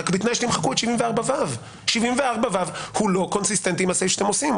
רק בתנאי שתמחקו את 74ו. 74ו הוא לא קונסיסטנטי עם הסעיף שאתם עושים.